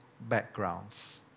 backgrounds